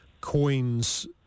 coins